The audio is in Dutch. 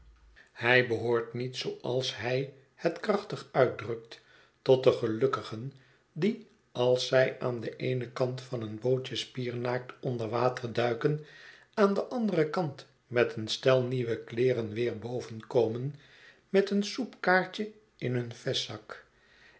hij behoort niet zooals hij het krachtig uitdrukt tot de gelukkigen die als zij aan den eenen kant van een bootje spiernaakt onder water duiken aan den anderen kant met een stel nieuwe kleeren weer boven komen met een soepkaartje in hun vestjeszak